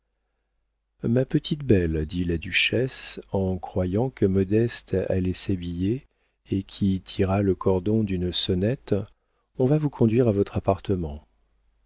ma petite belle dit la duchesse en croyant que modeste allait s'habiller et qui tira le cordon d'une sonnette on va vous conduire à votre appartement